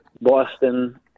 Boston